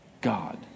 God